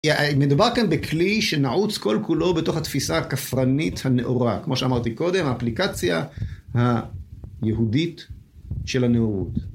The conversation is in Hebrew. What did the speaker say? מדובר כאן בכלי שנעוץ כל כולו בתוך התפיסה הכפרנית הנאורה. כמו שאמרתי קודם, האפליקציה היהודית של הנאורות.